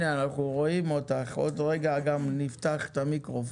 אנא כל הדוברים בתמצית, כדי שנאפשר לכמה